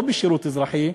לא בשירות אזרחי,